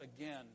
again